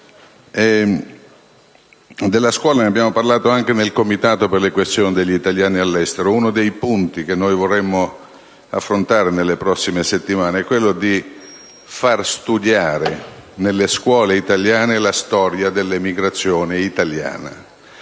Della scuola abbiamo parlato anche all'interno del Comitato per le questioni degli italiani all'estero. Uno dei punti che vorremmo affrontare nelle prossime settimane è quello dell'introduzione dello studio della storia dell'emigrazione italiana